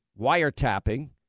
wiretapping